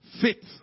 fit